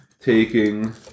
taking